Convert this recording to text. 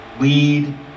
lead